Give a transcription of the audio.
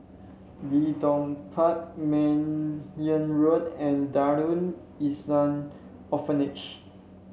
Leedon Park Meyer Road and Darul Ihsan Orphanage